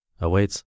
awaits